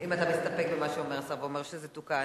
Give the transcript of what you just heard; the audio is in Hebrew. אם אתה מסתפק במה שאומר השר, ואומר שזה תוקן.